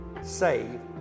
save